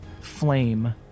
flame